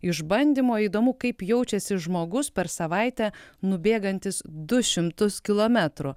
išbandymu įdomu kaip jaučiasi žmogus per savaitę nubėgantis du šimtus kilometrų